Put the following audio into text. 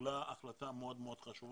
התקבלה החלטה מאוד מאוד חשובה